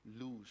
lose